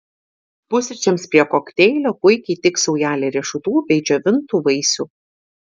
pusryčiams prie kokteilio puikiai tiks saujelė riešutų bei džiovintų vaisių